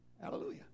Hallelujah